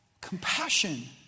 Compassion